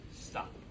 Stop